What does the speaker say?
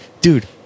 Dude